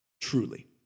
truly